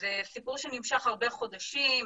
וזה סיפור שנמשך הרבה חודשים,